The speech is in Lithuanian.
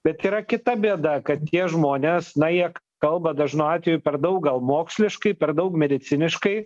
bet yra kita bėda kad tie žmonės na jie kalba dažnu atveju per daug gal moksliškai per daug mediciniškai